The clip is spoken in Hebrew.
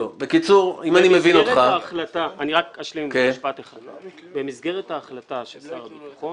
במסגרת ההחלטה של שר הביטחון